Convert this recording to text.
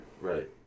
Right